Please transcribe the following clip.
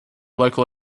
local